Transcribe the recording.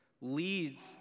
leads